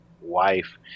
wife